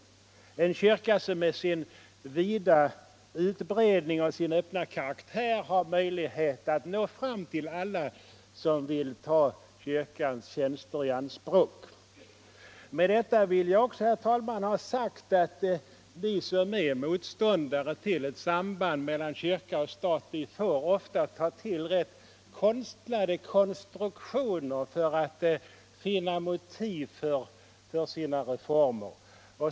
Vi har en kyrka som med sin vida utbredning och sin öppna karaktär har möjlighet att nå fram till alla som vill ta dess tjänster i anspråk. Med detta vill jag också, herr talman, ha sagt att de som är motståndare till ett samband mellan kyrka och stat ofta får ta till rätt konstlade konstruktioner för att finna motiv för sina reformer.